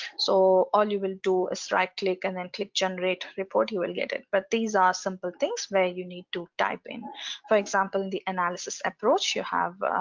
so all you will do is right click and then click generate report you will get it. but these are simple things where you need to type in for example the analysis approach you have,